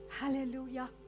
Hallelujah